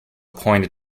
pointed